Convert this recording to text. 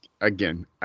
again